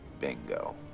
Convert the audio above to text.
Bingo